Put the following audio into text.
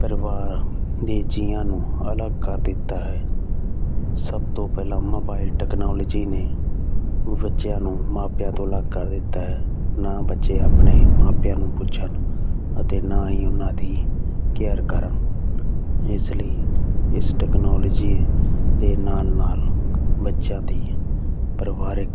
ਪਰਿਵਾਰ ਦੇ ਜੀਆਂ ਨੂੰ ਅਲੱਗ ਕਰ ਦਿੱਤਾ ਹੈ ਸਭ ਤੋਂ ਪਹਿਲਾਂ ਮੋਬਾਈਲ ਟੈਕਨੋਲੋਜੀ ਨੇ ਬੱਚਿਆਂ ਨੂੰ ਮਾਪਿਆਂ ਤੋਂ ਅਲੱਗ ਕਰ ਦਿੱਤਾ ਹੈ ਨਾ ਬੱਚੇ ਆਪਣੇ ਮਾਪਿਆਂ ਨੂੰ ਪੁੱਛਣ ਅਤੇ ਨਾ ਹੀ ਉਹਨਾਂ ਦੀ ਕੇਅਰ ਕਰ ਇਸ ਲਈ ਇਸ ਟੈਕਨੋਲਜੀ ਦੇ ਨਾਲ ਨਾਲ ਬੱਚਿਆਂ ਦੀ ਪਰਿਵਾਰਿਕ